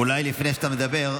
אולי לפני שאתה מדבר,